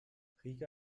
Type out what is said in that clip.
riga